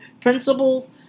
principles